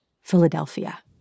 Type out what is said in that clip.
Philadelphia